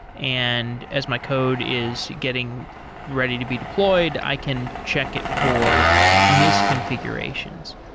and as my code is getting ready to be deployed, i can check it for misconfigurations.